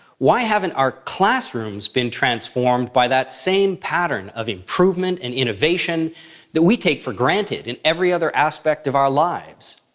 why haven't our classrooms been transformed by that same pattern of improvement and innovation that we take for granted in every other aspect of our lives?